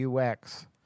UX